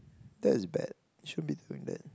that is bad you shouldn't be doing that